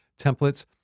templates